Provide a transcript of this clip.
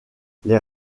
les